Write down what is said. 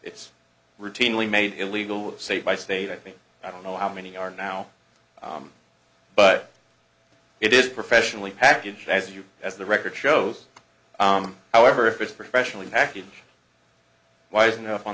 it's routinely made illegal say by state i mean i don't know how many are now but it is professionally packaged as you as the record shows however if it's professionally package wise enough on